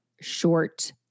short